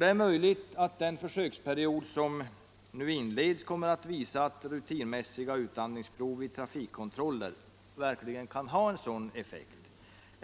Det är möjligt att den försöksperiod som nu inleds kommer att visa att rutinmässiga utandningsprov vid trafikkontroller verkligen kan ha en sådan effekt.